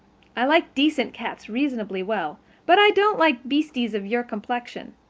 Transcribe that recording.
i like decent cats reasonably well but i don't like beasties of your complexion.